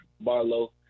Barlow